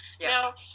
Now